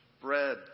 Bread